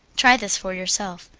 try this for yourself.